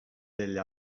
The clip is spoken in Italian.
delle